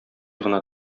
гына